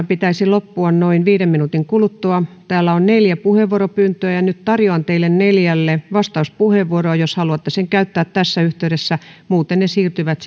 pitäisi loppua noin viiden minuutin kuluttua täällä on neljä puheenvuoropyyntöä ja nyt tarjoan teille neljälle vastauspuheenvuoroa jos haluatte sen käyttää tässä yhteydessä muuten ne siirtyvät